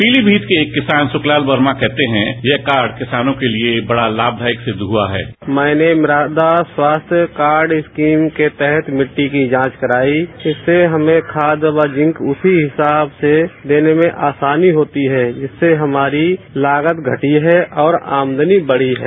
पीलीमीत के एक किसान सुखलाल वर्मा कहते हैं यह कार्ड किसानों के लिए बड़ा तामदायक सिद्ध हुआ है मैने मृदा स्वास्थ्य कार्ड स्कीम के तहत मिट्टी को जांच कराई इससे हमें खाद व जिंक उसी हिसाब से देने में आसानी होती है जिससे हमारी लागत घटी है और आमदनी बढ़ी है